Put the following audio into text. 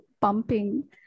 pumping